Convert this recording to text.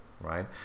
right